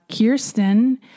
Kirsten